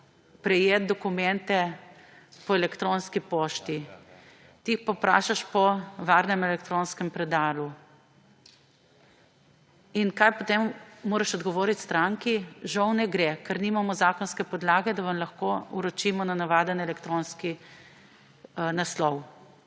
prejeti dokumente po elektronski pošti, ti jih pa vprašaš po varnem elektronskem predalu – kaj moraš potem odgovoriti stranki? Žal ne gre, ker nimamo zakonske podlage, da vam lahko vročimo na navaden elektronski naslov.